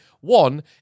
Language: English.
One